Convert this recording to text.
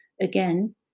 Again